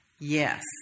Yes